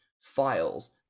files